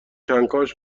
کنکاش